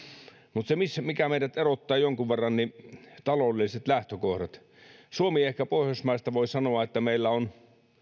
mutta se mikä meidät erottaa jonkun verran on taloudelliset lähtökohdat suomi on pohjoismaista ehkä se josta voi sanoa että sillä on